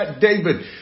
David